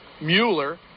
Mueller